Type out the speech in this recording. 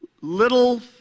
little